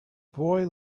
boy